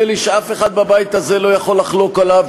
לי שאף אחד בבית הזה לא יכול לחלוק עליו,